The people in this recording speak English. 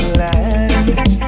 land